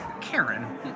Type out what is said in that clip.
Karen